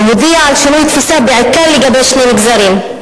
והודיע על שינוי תפיסה בעיקר לגבי שני מגזרים,